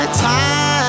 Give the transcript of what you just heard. time